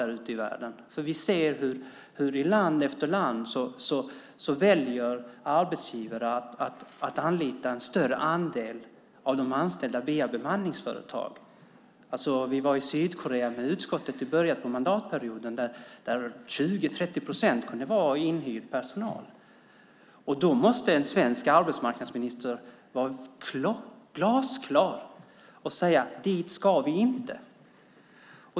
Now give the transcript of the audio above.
Vi ser hur arbetsgivare i land efter land väljer att hyra in en större andel av sin personal från bemanningsföretag. Vi var i Sydkorea med utskottet i början av mandatperioden. Där kunde 20-30 procent kunde vara inhyrd personal. En svensk arbetsmarknadsminister måste vara glasklar och säga: Dit ska vi inte.